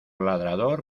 ladrador